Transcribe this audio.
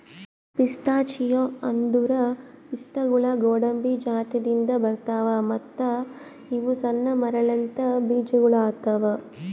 pistachio ಅಂದುರ್ ಪಿಸ್ತಾಗೊಳ್ ಗೋಡಂಬಿ ಜಾತಿದಿಂದ್ ಬರ್ತಾವ್ ಮತ್ತ ಇವು ಸಣ್ಣ ಮರಲಿಂತ್ ಬೀಜಗೊಳ್ ಆತವ್